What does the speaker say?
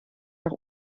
nach